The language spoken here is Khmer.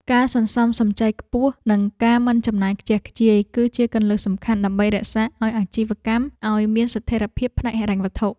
ការសន្សំសំចៃខ្ពស់និងការមិនចំណាយខ្ជះខ្ជាយ គឺជាគន្លឹះសំខាន់ដើម្បីរក្សាឱ្យអាជីវកម្មឱ្យមានស្ថិរភាពផ្នែកហិរញ្ញវត្ថុ។